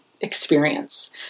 experience